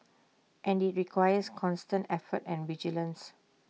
and IT requires constant effort and vigilance